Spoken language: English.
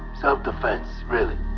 self-defense? really?